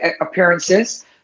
appearances